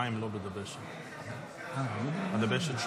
הדבשת היא שומן.